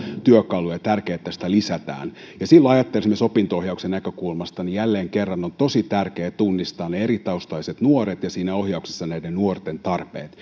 työkaluja ja on tärkeää että niitä lisätään silloin ajattelee esimerkiksi opinto ohjauksen näkökulmasta että jälleen kerran on tosi tärkeää tunnistaa eritaustaiset nuoret ja siinä ohjauksessa näiden nuorten tarpeet